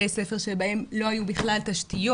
גם מבחינת בתי ספר שבהם לא היו בכלל תשתיות.